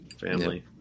family